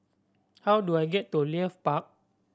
how do I get to Leith Park